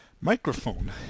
microphone